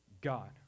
God